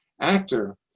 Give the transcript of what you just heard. actor